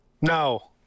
No